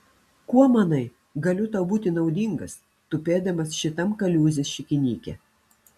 kuo manai galiu tau būti naudingas tupėdamas šitam kaliūzės šikinyke